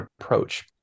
approach